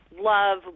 Love